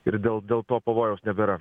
ir dėl dėl to pavojaus nebėra